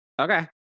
Okay